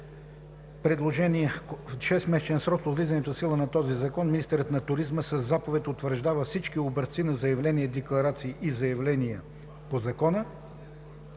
„§ 135. В 6-месечен срок от влизането в сила на този закон министърът на туризма със заповед утвърждава всички образци на заявления-декларации и заявления по закона.“